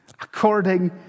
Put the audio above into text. according